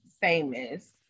famous